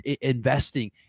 investing